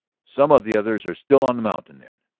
some of the others are still on the mountain, then?